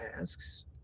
asks